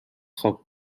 خواب